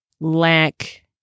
lack